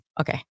Okay